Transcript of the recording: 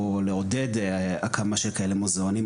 או לעודד הקמה של כאלה מוזיאונים,